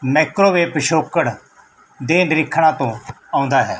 microwave ਪਿਛੋਕੜ ਦੇ ਨਿਰਖਣਾਂ ਤੋਂ ਆਉਂਦਾ ਹੈ